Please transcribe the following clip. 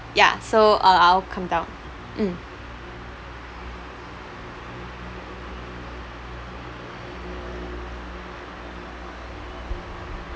ya so uh I would come down mm